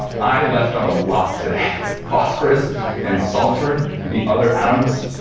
i left out a lot today phosphorus and sulfur and the other atoms,